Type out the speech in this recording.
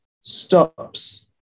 stops